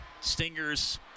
Stingers